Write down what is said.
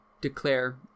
declare